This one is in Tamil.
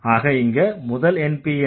ஆக இங்க முதல் NP என்ன